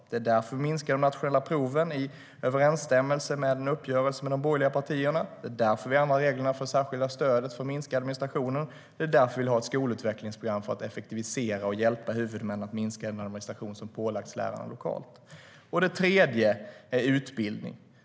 Det är därför vi minskar de nationella proven, i överensstämmelse med en uppgörelse med de borgerliga partierna. Det är också därför vi ändrar reglerna för det särskilda stödet för att minska administrationen, och det är därför vi vill ha ett skolutvecklingsprogram för att effektivisera och hjälpa huvudmännen att minska den administration som har pålagts lärarna lokalt. Den tredje saken är utbildning.